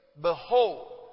Behold